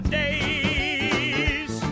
days